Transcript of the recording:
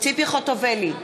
ציפי חוטובלי,